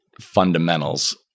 fundamentals